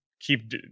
keep